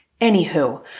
Anywho